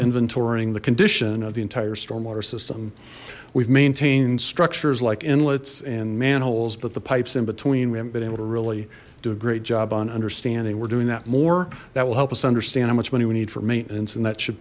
inventory the condition of the entire storm water system we've maintained structures like inlets and manholes but the pipes in between we have been able to really do a great job on understanding we're doing that more that will help us understand how much money we need for maintenance and that should